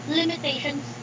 limitations